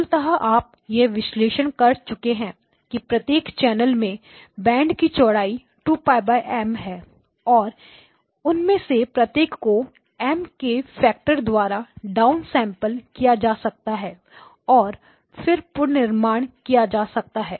मूलतः आप यह विश्लेषण कर चुके हैं कि प्रत्येक चैनल में बैंड की चौड़ाई 2𝜋M है और उनमें से प्रत्येक को M के फैक्टर द्वारा डाउन सैंपल किया जा सकता है और फिर पुनर्निर्माण किया जा सकता है